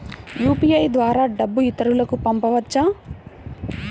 UPI ద్వారా డబ్బు ఇతరులకు పంపవచ్చ?